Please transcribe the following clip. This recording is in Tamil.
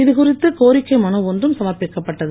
இது குறித்து கோரிக்கை மனு ஒன்றும் சமர்ப்பிக்கப்பட்டது